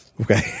Okay